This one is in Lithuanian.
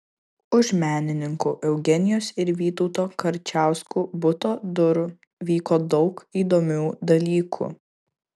už menininkų eugenijos ir vytauto karčiauskų buto durų vyko daug įdomių dalykų